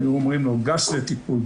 היו אומרים לו גש לטיפול,